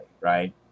right